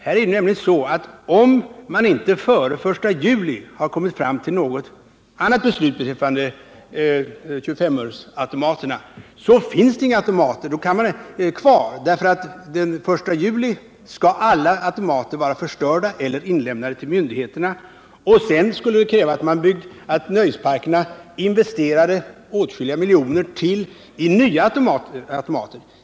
Här är det nämligen så, att om man inte före den 1 juli i år har kommit fram till något annat beslut beträffande 25-öresautomaterna finns det inga automater kvar, därför att alla automater skall vara förstörda eller inlämnade till myndigheterna den 1 juli. Sedan skulle det krävas att nöjesparkerna investerade åtskilliga miljoner till i nya automater.